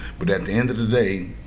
but at the end of the day,